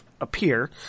appear